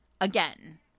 again